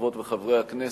חברות וחברי הכנסת,